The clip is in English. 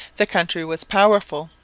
the country was powerful,